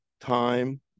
time